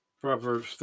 Proverbs